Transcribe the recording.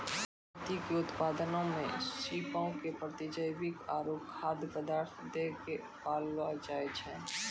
मोती के उत्पादनो मे सीपो के प्रतिजैविक आरु खाद्य पदार्थ दै के पाललो जाय छै